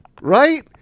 right